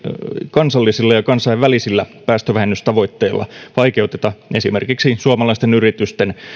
kansallisilla ja kansainvälisillä päästövähennystavoitteilla vaikeuteta esimerkiksi suomalaisten yritysten